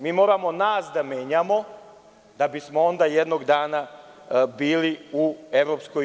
Moramo nas da menjamo da bismo onda jednog dana bili u EU.